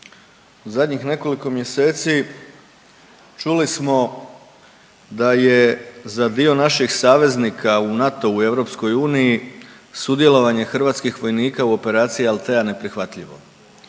zadnjih nekoliko mjeseci čuli smo da je za dio naših saveznika u NATO-u u EU sudjelovanje hrvatskih vojnika u operaciji Althea neprihvatljivo